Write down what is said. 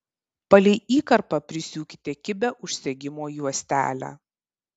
palei įkarpą prisiūkite kibią užsegimo juostelę